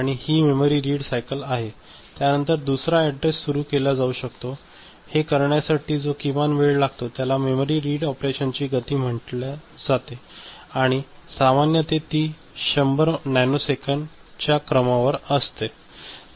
आणि ही एक मेमरी रीड सायकल आहे त्यानंतर दुसरा ऍडरेस सुरू केला जाऊ शकतो आणि हे करण्यासाठी जो किमान वेळ लागतो त्याला मेमरी रीड ऑपरेशनची गती म्हंटल्या जाते आणि सामान्यत ती 100 नॅनोसेकंद च्या क्रमवार असते